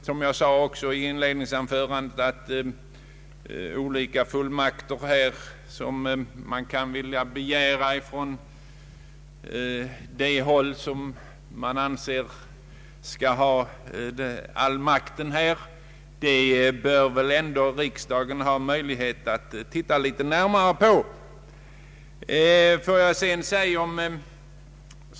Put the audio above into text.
Som jag sade också i mitt inledningsanförande, anser jag att riksdagen bör ha möjlighet att titta litet närmare på de olika fullmakter som man kan vilja begära från det håll som regeringspartiet anser skall ha all makt.